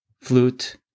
flute